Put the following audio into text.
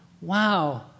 Wow